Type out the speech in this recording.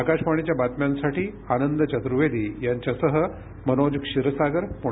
आकाशवाणीच्या बातम्यांसाठी आनंद चतुर्वेदी यांच्यासह मनोज क्षीरसागर पुणे